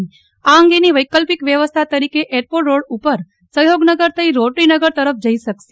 આ અંગેની વૈકલ્પિક વ્યવસ્થા તરીકે એરપોર્ટ રોડ ઉપર સહયોગનગર થઇ રોટરી નગર તરફ જઇ શકશે